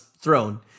throne